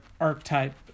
archetype